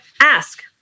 ask